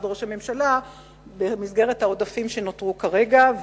ראש הממשלה במסגרת העודפים שנותרו כרגע.